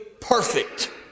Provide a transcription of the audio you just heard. perfect